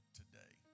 today